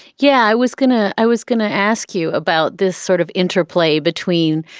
yeah, i was gonna i was going to ask you about this sort of interplay between,